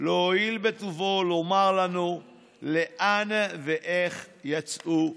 לא הואיל בטובו לומר לנו לאן ואיך יצאו הכספים?